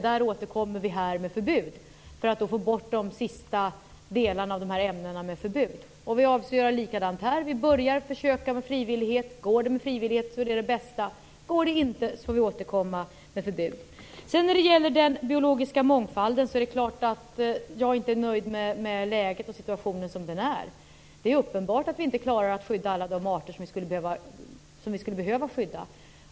Där återkommer vi med förbud, för att få bort de sista delarna av ämnena med förbud. Vi avser att försöka göra likadant på det här området. Vi börjar med att försöka med frivillighet. Går det med frivillighet är det det bästa. Går det inte skall vi återkomma med förbud. När det gäller den biologiska mångfalden är det klart att jag inte är nöjd med läget och med situationen som den är. Det är uppenbart att vi inte klarar att skydda alla de arter som vi skulle behöva skydda.